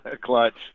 clutch